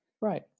Right